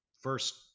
first